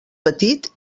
petit